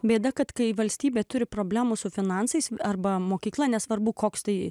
bėda kad kai valstybė turi problemų su finansais arba mokykla nesvarbu koks tai